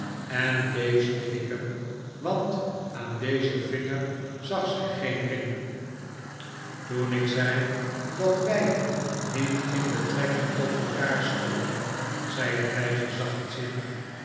en bleef steken want aan dezen vinger zag zij geen ring toen ik zei dat wij niet in betrekking tot elkaar stonden zei het meisje